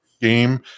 game